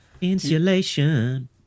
Insulation